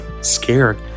scared